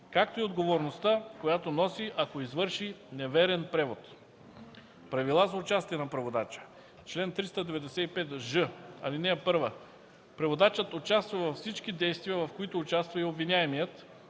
както и отговорността, която носи, ако извърши неверен превод. Правила за участие на преводача Чл. 395ж. (1) Преводачът участва във всички действия, в които участва и обвиняемият,